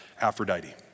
Aphrodite